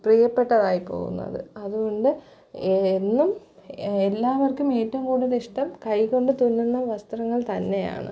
പ്രിയപ്പെട്ടതായി പോവുന്നത് അതുകൊണ്ട് എന്നും എല്ലാവർക്കും ഏറ്റവും കൂടുതൽ ഇഷ്ടം കൈകൊണ്ട് തുന്നുന്ന വസ്ത്രങ്ങൾ തന്നെയാണ്